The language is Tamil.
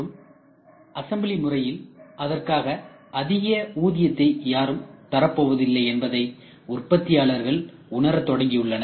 மற்றும் அசம்பிளி முறையில் அதற்காக அதிக ஊதியத்தை யாரும் தரப்போவதில்லை என்பதை உற்பத்தியாளர்கள் உணரத் தொடங்கியுள்ளனர்